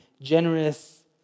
generous